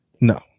No